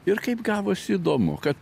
ir kaip gavosi įdomu kad